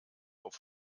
auf